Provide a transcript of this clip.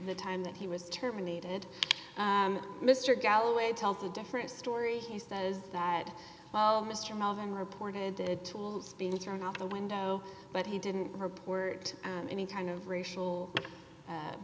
the time that he was terminated mr galloway tells a different story he says that mr melvin reported tools being thrown out the window but he didn't report any kind of racial